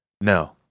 No